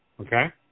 Okay